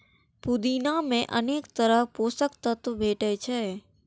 पुदीना मे अनेक तरहक पोषक तत्व भेटै छै